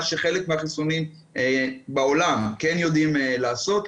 מה שחלק מהחיסונים בעולם כן יודעים לעשות,